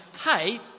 hey